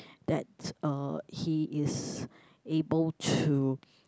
that's uh he is able to